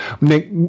Nick